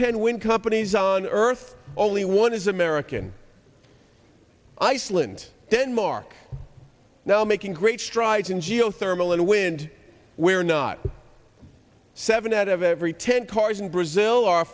ten when companies on earth only one is american iceland denmark now making great strides in geothermal and wind where not seven out of every ten cars in brazil